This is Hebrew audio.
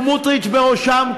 וסמוטריץ בראשם,